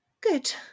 Good